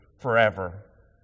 forever